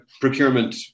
procurement